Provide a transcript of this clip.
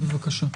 בבקשה.